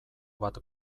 bat